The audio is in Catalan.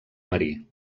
marí